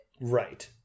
Right